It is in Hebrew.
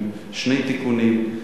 עם שני תיקונים,